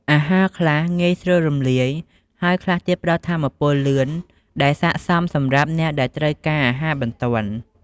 អាហារខ្លះងាយស្រួលរំលាយ ហើយខ្លះទៀតផ្តល់ថាមពលលឿន ដែលស័ក្តិសមសម្រាប់អ្នកដែលត្រូវការអាហារបន្ទាន់។